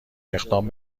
اقدام